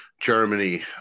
Germany